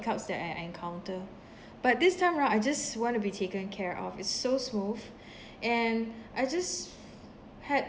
hiccups that I encounter but this time round I just want to be taken care of it's so smooth and I just had